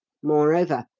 moreover,